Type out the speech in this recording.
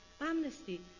Amnesty